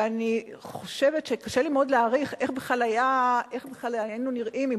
ואני חושבת שקשה לי מאוד להעריך איך בכלל היינו נראים אם